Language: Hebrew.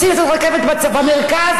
רוצים את הרכבת למרכז,